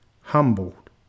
humbled